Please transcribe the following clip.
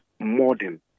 modern